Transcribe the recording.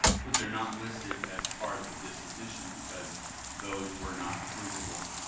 but they're not listed as part of the disposition because those were not provable.